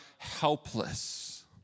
helpless